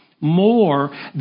more